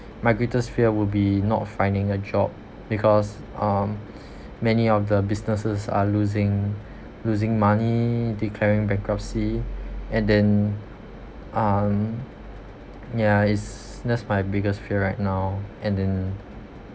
my greatest fear will be not finding a job because um many of the businesses are losing losing money declaring bankruptcy and then um ya is that's my biggest fear right now and then